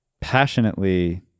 passionately